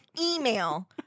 email